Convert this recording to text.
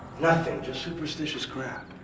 nothing, just superstitious crap.